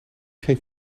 geen